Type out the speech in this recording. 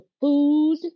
food